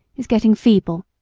is getting feeble,